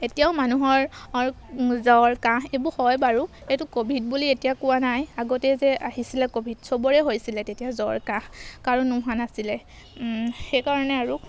এতিয়াও মানুহৰ জ্বৰ কাহ এইবোৰ হয় বাৰু সেইটো ক'ভিড বুলি এতিয়া কোৱা নাই আগতে যে আহিছিলে ক'ভিড চবৰে হৈছিলে তেতিয়া জ্বৰ কাহ কাৰো নোহোৱা নাছিলে সেইকাৰণে আৰু